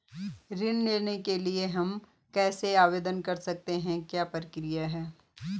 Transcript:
ऋण के लिए हम कैसे आवेदन कर सकते हैं क्या प्रक्रिया है?